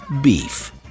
beef